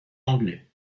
anglais